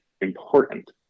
important